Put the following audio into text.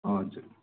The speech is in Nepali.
हजुर